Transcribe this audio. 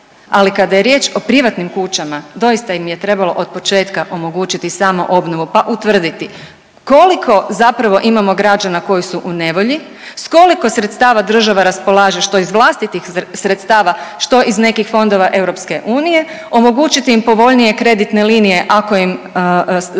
ali kada je riječ o privatnim kućama doista im je trebalo otpočetka omogućiti samoobnovu, pa utvrditi koliko zapravo imamo građana koji su u nevolji, s koliko sredstava država raspolaže što iz vlastitih sredstava, što iz nekih fondova EU, omogućiti im povoljnije kreditne linije ako im sredstva